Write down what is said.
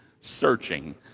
searching